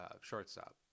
shortstop